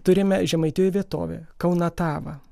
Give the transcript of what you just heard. turime žemaitijoj vietovę kaunatavą